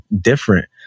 different